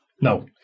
No